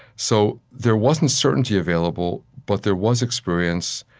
so there wasn't certainty available, but there was experience,